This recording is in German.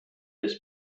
des